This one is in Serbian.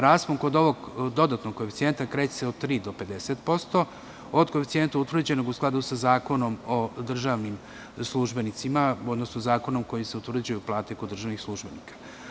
Raspon kod ovog dodatnog koeficijenta kreće se od 3 do 50% od koeficijenta utvrđenog u skladu sa Zakonom o državnim službenicima, odnosno zakonom kojim se utvrđuju plate kod državnih službenika.